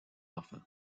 enfant